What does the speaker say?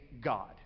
God